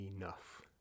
enough